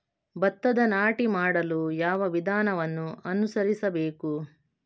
ಭತ್ತದ ನಾಟಿ ಮಾಡಲು ಯಾವ ವಿಧಾನವನ್ನು ಅನುಸರಿಸಬೇಕು?